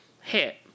hit